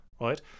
right